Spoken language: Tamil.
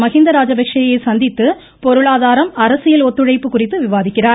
மகீந்த ராஜபக்ஷேயை சந்தித்து பொருளாதாரம் அரசியல் ஒத்துழைப்பு குறித்து விவாதிக்கிறார்